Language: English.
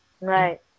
right